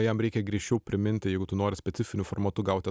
jam reikia greičiau priminti jeigu tu nori specifiniu formatu gauti